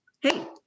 hey